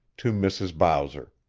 to mrs. bowser.